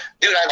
dude